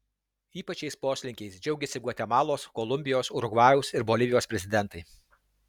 ypač šiais poslinkiais džiaugiasi gvatemalos kolumbijos urugvajaus ir bolivijos prezidentai